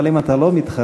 אבל אם אתה לא מתחרט,